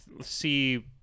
see